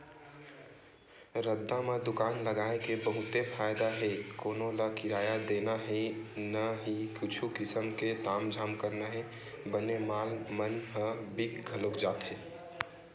रद्दा म दुकान लगाय के बहुते फायदा हे कोनो ल किराया देना हे न ही कुछु किसम के तामझाम करना हे बने माल मन ह बिक घलोक जाथे